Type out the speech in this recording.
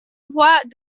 voies